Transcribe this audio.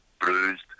bruised